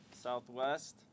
Southwest